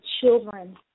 children